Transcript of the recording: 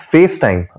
FaceTime